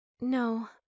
No